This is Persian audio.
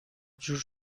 جور